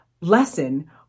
lesson